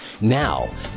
Now